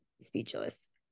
speechless